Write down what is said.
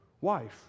wife